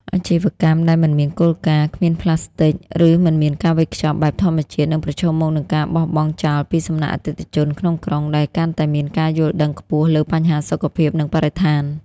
អាជីវកម្មដែលមិនមានគោលការណ៍ "គ្មានប្លាស្ទិក" ឬមិនមានការវេចខ្ចប់បែបធម្មជាតិនឹងប្រឈមមុខនឹងការបោះបង់ចោលពីសំណាក់អតិថិជនក្នុងក្រុង ដែលកាន់តែមានការយល់ដឹងខ្ពស់លើបញ្ហាសុខភាព និងបរិស្ថាន។